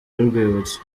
y’urwibutso